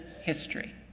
history